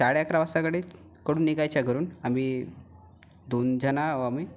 साडेअकरा वाजता गाडीतकडून निघायचं घरून आम्ही दोन जण आहो आम्ही